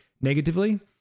negatively